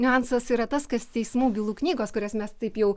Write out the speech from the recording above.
niuansas yra tas kas teismų bylų knygos kurias mes taip jau